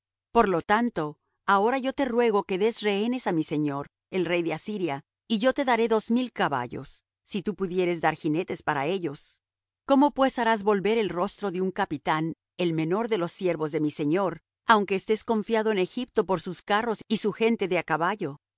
por tanto ahora yo te ruego que des rehenes á mi señor el rey de asiria y yo te daré dos mil caballos si tú pudieres dar jinetes para ellos cómo pues harás volver el rostro de un capitán el menor de los siervos de mi señor aunque estés confiado en egipto por sus carros y su gente de á caballo